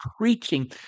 preaching